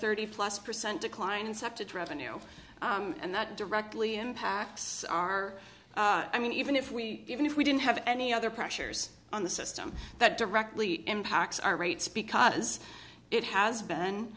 thirty plus percent decline incepted revenue and that directly impacts our i mean even if we even if we didn't have any other pressures on the system that directly impacts our rates because it has been